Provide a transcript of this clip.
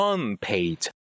Unpaid